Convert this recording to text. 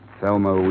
Thelma